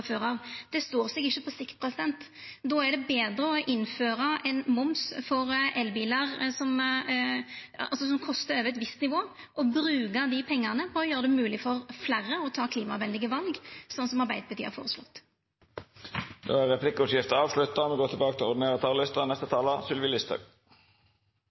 før. Det står seg ikkje på sikt. Då er det betre å innføra ein moms for elbilar som kostar over eit visst nivå, og bruka dei pengane på å gjera det mogleg for fleire å ta klimavennlege val, slik som Arbeidarpartiet har føreslått. Replikkordskiftet er avslutta. Det har vært en spesiell tid i landet og